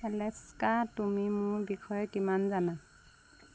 Alexa তুমি মোৰ বিষয়ে কিমান জানা